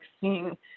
seeing